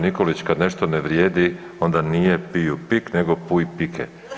Nikolić, kad nešto ne vrijedi onda nije piu pik nego pui pike.